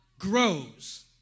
grows